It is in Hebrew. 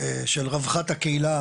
של רווחת הקהילה,